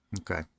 Okay